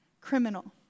criminal